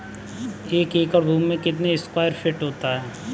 एक एकड़ भूमि में कितने स्क्वायर फिट होते हैं?